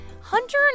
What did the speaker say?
Hunter